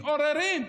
מתעוררים,